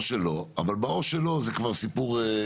אבל ב"או שלא" זה כבר סיפור.